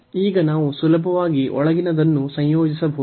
ಈಗ ನಾವು ಸುಲಭವಾಗಿ ಒಳಗಿನದನ್ನು ಸಂಯೋಜಿಸಬಹುದು